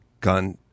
gun